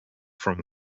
from